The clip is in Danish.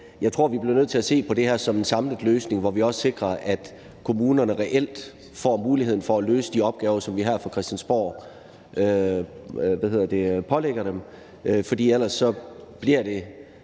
jeg tror, at vi bliver nødt til at se på det her som en samlet løsning, hvor vi også sikrer, at kommunerne reelt får muligheden for at løse de opgaver, som vi her fra Christiansborg pålægger dem.